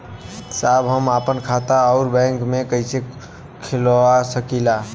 साहब हम आपन खाता राउर बैंक में कैसे खोलवा सकीला?